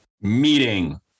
meeting